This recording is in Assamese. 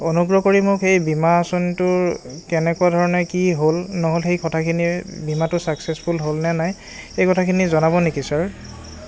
অনুগ্ৰহ কৰি মোক এই বীমা আঁচনিটোৰ কেনেকুৱা ধৰণে কি হ'ল নহ'ল সেই কথাখিনি বীমাটো চাক্সেছফুল হ'ল নে নাই এই কথাখিনি জনাব নেকি ছাৰ